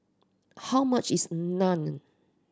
how much is Naan